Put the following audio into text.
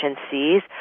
agencies